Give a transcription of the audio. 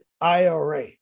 IRA